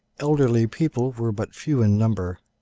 elderly people were but few in number,